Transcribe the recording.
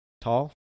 tall